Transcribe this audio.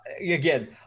Again